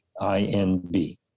INB